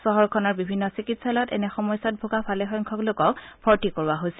চহৰখনৰ বিভিন্ন চিকিৎসালয়ত এনে সমস্যাত ভোগা ভালেসংখ্যক লোকক ভৰ্তি কৰোৱা হৈছে